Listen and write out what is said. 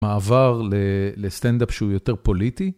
מעבר לסטנדאפ שהוא יותר פוליטי.